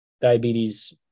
diabetes